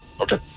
Okay